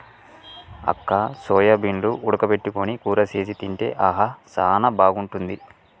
అక్క సోయాబీన్లు ఉడక పెట్టుకొని కూర సేసి తింటే ఆహా సానా బాగుంటుంది